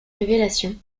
révélations